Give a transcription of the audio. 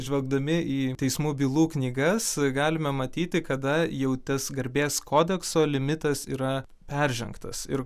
žvelgdami į teismų bylų knygas galime matyti kada jau tas garbės kodekso limitas yra peržengtas ir